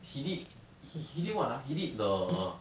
he did he he did what ah he did the